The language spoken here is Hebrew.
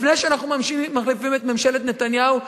לפני שאנחנו מחליפים את ממשלת נתניהו,